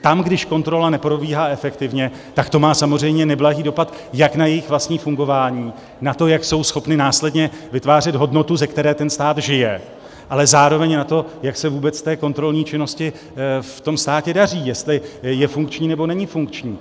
Tam když kontrola neprobíhá efektivně, tak to má samozřejmě neblahý dopad jak na jejich vlastní fungování, jak jsou schopny následně vytvářet hodnotu, ze které stát žije, ale zároveň na to, jak se vůbec té kontrolní činnosti ve státě daří, jestli je funkční, nebo není funkční.